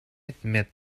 admit